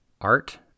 art